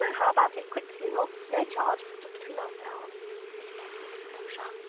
how about it? quick funeral. no charge. just between ourselves. it'd get you exposure?